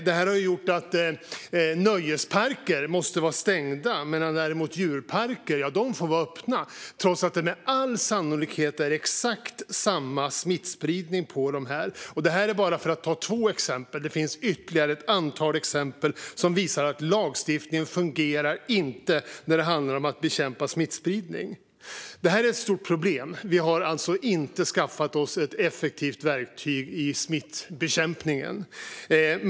Det har gjort att nöjesparker måste hålla stängt medan djurparker får vara öppna trots att det med all sannolikhet är exakt samma smittspridning på dessa. Det här är bara två exempel; det finns ytterligare ett antal exempel som visar att denna lagstiftning inte fungerar när det handlar om att bekämpa smittspridning. Det är ett stort problem att vi inte har skaffat oss ett effektivt verktyg i smittbekämpningen.